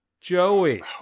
Joey